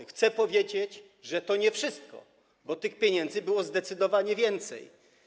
Chcę powiedzieć, że to nie wszystko, bo tych pieniędzy było zdecydowanie więcej.